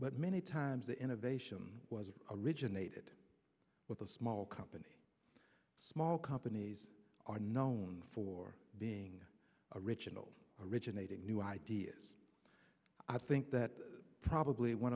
but many times the innovation was originated with the small company small companies are known for being original originating new ideas i think that probably one